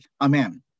amen